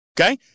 okay